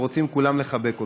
שכולם רוצים לחבק אותו,